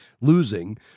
losing